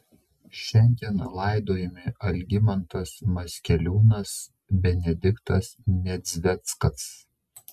šiandien laidojami algimantas maskeliūnas benediktas nedzveckas